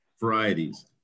varieties